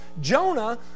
Jonah